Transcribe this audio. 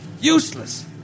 Useless